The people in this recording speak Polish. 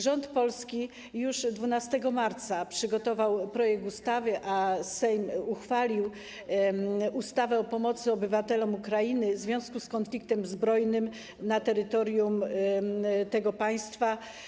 Rząd Polski już 12 marca przygotował projekt ustawy, a Sejm uchwalił ustawę o pomocy obywatelom Ukrainy w związku z konfliktem zbrojnym na terytorium tego państwa.